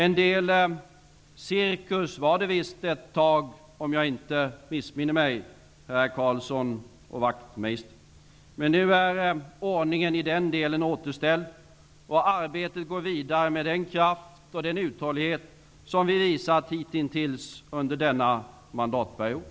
En del cirkus var det visst ett tag -- om jag inte missminner mig -- herr Carlsson och herr Wachtmeister. Nu är ordningen i den delen återställd, och arbetet går vidare med den kraft och uthållighet som vi hitintills visat under denna mandatperiod.